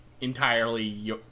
entirely